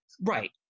Right